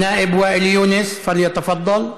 א-נאאב ואאל יונס, בבקשה, תפדל.